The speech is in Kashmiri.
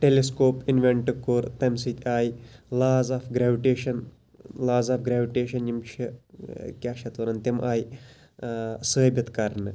ٹیٚلِسکوپ اِنونٹ کوٚر تمہِ سۭتۍ آیہِ laws of gravitation laws of gravitation یِم چھِ کیاہ چھِ اتھ وَنان تِم آیہِ ثٲبِت کَرنہٕ